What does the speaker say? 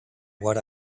what